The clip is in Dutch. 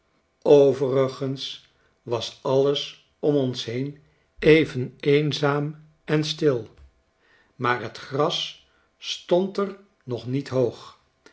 overigens was alles om ons heen even eenzaam en stil maar het gras stond er nog niet hoog